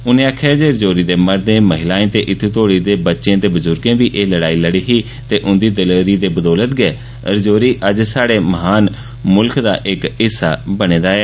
उनें आखेआ जे रजौरी दे मर्दे महिलाएं ते इत्थु तोहड़ी जे बच्चे ते बुजुर्गे बी एह लड़ाई लड़ी ही ते उंदी दलेरी दी बदौलत गै रजौरी अज्ज स्हाडे म्हान मुल्ख दा हिस्सा ऐ